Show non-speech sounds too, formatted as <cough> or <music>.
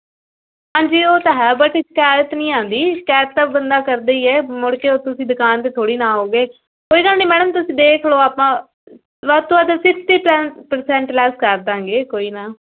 ਹਾਂਜੀ ਉਹ ਤਾਂ ਹੈ ਬਟ ਸ਼ਿਕਾਇਤ ਨਹੀਂ ਆਉਂਦੀ ਸ਼ਿਕਾਇਤ ਤਾਂ ਬੰਦਾ ਕਰਦਾ ਹੀ ਏ ਮੁੜ ਕੇ ਤੁਸੀਂ ਦੁਕਾਨ 'ਤੇ ਥੋੜ੍ਹੀ ਨਾ ਆਓਗੇ ਕੋਈ ਗੱਲ ਨਹੀਂ ਮੈਡਮ ਤੁਸੀਂ ਦੇਖ ਲਓ ਆਪਾਂ ਵੱਧ ਤੋਂ ਵੱਧ ਸਿਕਸਟੀ <unintelligible> ਪਰਸੈਟ ਲੈਸ ਕਰ ਦਾਂਗੇ ਕੋਈ ਨਾ